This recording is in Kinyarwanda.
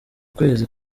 kwezi